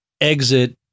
exit